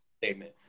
statement